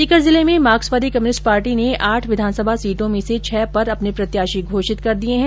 सीकर जिले में मार्क्सवादी कम्यूनिस्ट पार्टी ने आठ विधानसभा सीटों में से छः पर अपने प्रत्याशी घोषित कर दिये है